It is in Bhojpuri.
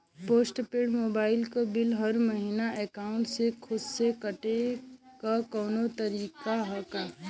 पोस्ट पेंड़ मोबाइल क बिल हर महिना एकाउंट से खुद से कटे क कौनो तरीका ह का?